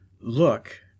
look